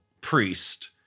priest